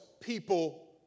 people